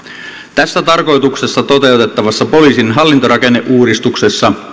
tässä tarkoituksessa toteutettavassa poliisin hallintorakenneuudistuksessa